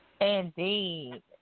Indeed